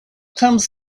comes